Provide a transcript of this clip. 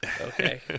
okay